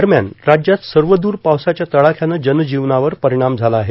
दरम्यान राज्यात सर्वदूर पावसाच्या तडाख्यानं जनजीवनावर परिणाम झाला आहे